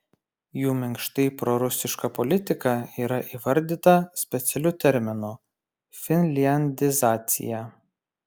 jų minkštai prorusiška politika yra įvardyta specialiu terminu finliandizacija